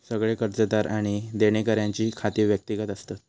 सगळे कर्जदार आणि देणेकऱ्यांची खाती व्यक्तिगत असतत